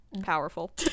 powerful